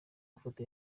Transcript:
mafoto